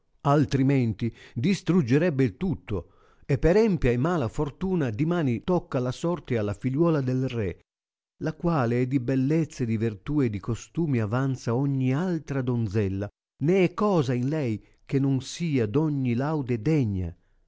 altrimenti distruggerebbe il tutto e per empia e mala fortuna dimani tocca la sorte alla figliuola del re la quale e di bellezza e di virtù e di costumi avanza ogni altra donzella né é cosa in lei che non sia d ogni laude degna